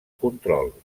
control